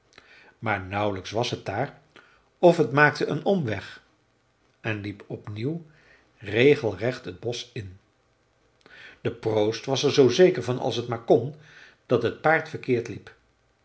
maar nauwelijks was het daar of het maakte een omweg en liep opnieuw regelrecht het bosch in de proost was er zoo zeker van als t maar kon dat het paard verkeerd liep